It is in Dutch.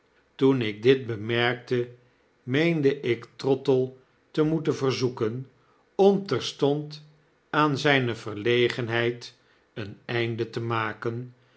toen ik'dit bemerkte meende ik trottle te moeten verzoeken om terstond aan zpe verlegenheid een einde te maken